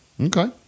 Okay